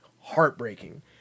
heartbreaking